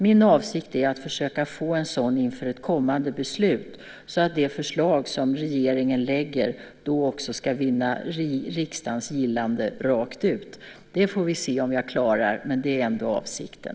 Min avsikt är att försöka få en sådan inriktning inför ett kommande beslut att det förslag som regeringen lägger fram också ska vinna riksdagens gillande rakt av. Vi får se om jag klarar det, men det är ändå avsikten.